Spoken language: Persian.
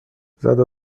زدو